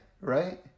right